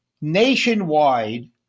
nationwide